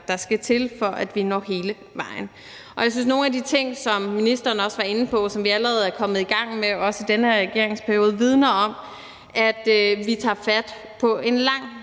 der skal til, for at vi når hele vejen. Og jeg synes, nogle af de ting, som ministeren også var inde på, og som vi allerede er kommet i gang med også i den her regeringsperiode, vidner om, at vi tager fat på en lang